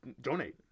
donate